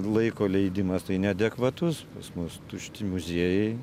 laiko leidimas tai neadekvatus pas mus tušti muziejai